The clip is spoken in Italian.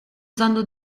usando